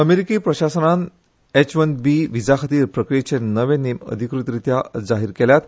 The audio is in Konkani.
अमेरिकी प्रशासनान एच वन बी व्हिजाखातीर प्रक्रियेचे नवे नेम अधिकृतरित्या जाहीर केल्यात